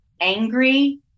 angry